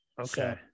Okay